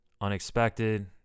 Unexpected